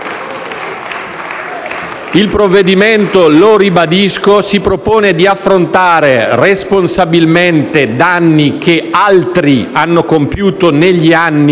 Il provvedimento - lo ribadisco - si propone di affrontare responsabilmente danni che altri hanno compiuto negli anni e,